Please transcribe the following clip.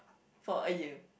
for a year